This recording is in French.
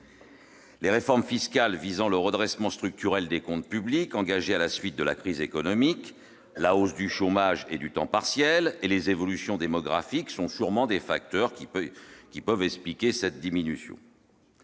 Les réformes fiscales visant le redressement structurel des comptes publics engagé à la suite de la crise économique, la hausse du chômage et du temps partiel et les évolutions démocratiques sont sûrement des facteurs qui peuvent expliquer cette diminution.